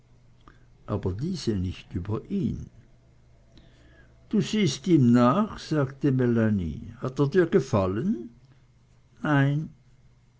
aber diese nicht über ihn du siehst ihm nach sagte melanie hat er dir gefallen nein